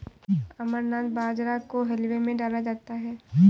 अमरनाथ बाजरा को हलवे में डाला जाता है